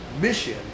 mission